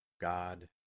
God